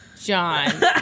John